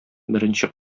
беренче